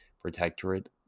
Protectorate